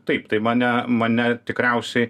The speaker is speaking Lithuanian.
taip tai mane mane tikriausiai